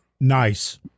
Nice